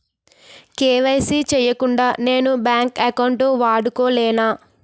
KYC చేయకుండా నేను bank account వాడుకొలేన?